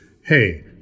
hey